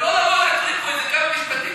ולא לבוא ולהקריא פה איזה כמה משפטים.